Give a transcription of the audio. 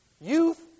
Youth